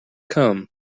come